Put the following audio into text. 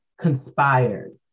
conspired